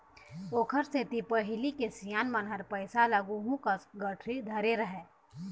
ओखरे सेती पहिली के सियान मन ह पइसा मन ल गुहूँ कस गठरी धरे रहय